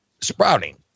sprouting